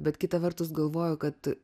bet kita vertus galvoju kad